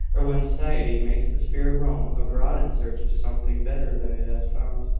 or when satiety makes the spirit roam abroad in search of something better than it has found.